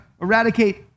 eradicate